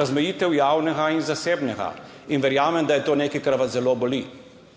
razmejitev javnega in zasebnega, in verjamem, da je to nekaj, kar vas zelo boli.